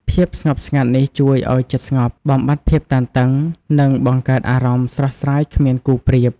ភាពស្ងប់ស្ងាត់នេះជួយឲ្យចិត្តស្ងប់ បំបាត់ភាពតានតឹង និងបង្កើតអារម្មណ៍ស្រស់ស្រាយគ្មានគូប្រៀប។